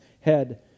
head